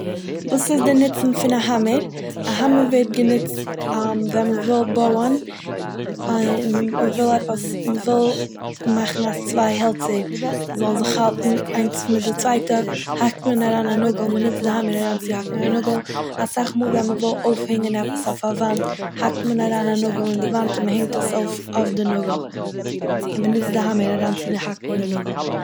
וואס איז די נוצן פון א האמער? א האמער ווערט גענוצט ווען מ'וויל בויען, א- און מ'וויל עפעס- מ'וויל מאכן אז צוויי העלצער זאלן זיך האלטן איינס מיט די צווייטע האקט מען אריין א נאגל- מ'נוצט די האמער אריינצוהאקן א נאגל. אסאך מאל ווען מ'וויל אויפהענגן עפעס אויף א וואנט האקט מען אריין א נאגל אין די וואנט, און מ'הענגט עס אויף די נאגל, און מ'נוצט די האמער אריין צו נ- האקן די נאגל.